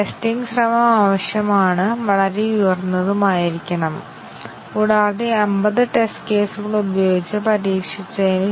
ആദ്യം നമുക്ക് വളരെ ലളിതമായ ഒരു ഉദാഹരണം നോക്കാം ഞങ്ങൾ എങ്ങനെ MCDC ടെസ്റ്റ് കേസുകൾ രൂപകൽപ്പന ചെയ്യും